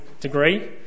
degree